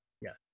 Yes